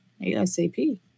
ASAP